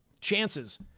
chances